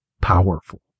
Powerful